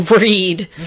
Read